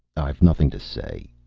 i've nothing to say,